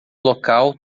local